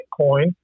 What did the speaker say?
Bitcoin